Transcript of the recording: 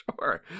Sure